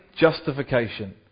justification